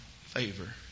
favor